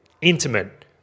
intimate